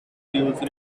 use